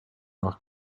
nach